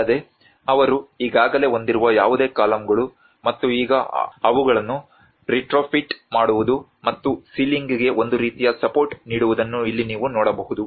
ಅಲ್ಲದೆ ಅವರು ಈಗಾಗಲೇ ಹೊಂದಿರುವ ಯಾವುದೇ ಕಾಲಮ್ಗಳು ಮತ್ತು ಈಗ ಅವುಗಳನ್ನು ರಿಟ್ರೊಫಿಟ್ ಮಾಡುವುದು ಮತ್ತು ಸೀಲಿಂಗ್ಗೆ ಒಂದು ರೀತಿಯ ಸಪೋರ್ಟ್ ನೀಡುವುದನ್ನು ಇಲ್ಲಿ ನೀವು ನೋಡಬಹುದು